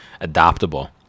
adaptable